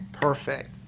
Perfect